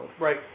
Right